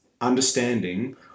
understanding